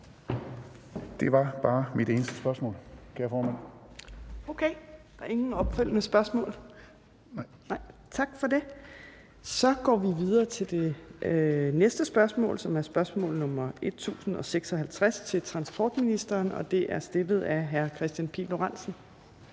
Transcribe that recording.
14:32 Fjerde næstformand (Trine Torp): Okay. Der er ingen opfølgende spørgsmål. Tak for det. Så går vi videre til det næste spørgsmål, som er spørgsmål nr. S 1056 til transportministeren, og det er stillet af hr. Kristian Pihl Lorentzen.